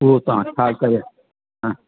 उहो तव्हां छा कयो हा